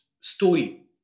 story